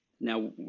now